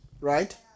right